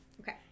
Okay